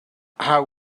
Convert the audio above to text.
how